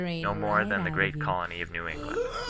no more than the great colony of new england